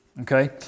Okay